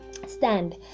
Stand